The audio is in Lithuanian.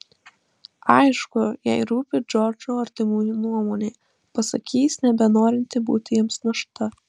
aišku jai rūpi džordžo artimųjų nuomonė pasakys nebenorinti būti jiems našta